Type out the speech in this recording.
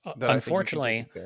unfortunately